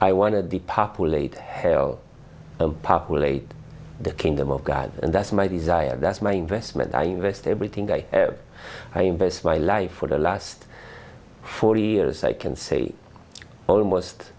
i want to depopulate hell relayed the kingdom of god and that's my desire that's my investment i invest everything i invest my life for the last forty years i can say almost